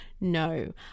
no